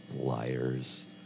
Liars